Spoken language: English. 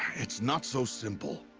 it's not so simple!